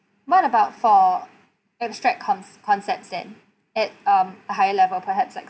what about for abstract con~ concepts then at um a higher level perhaps like